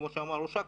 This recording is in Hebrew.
כפי שאמר ראש אכ"א,